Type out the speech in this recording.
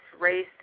race